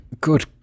Good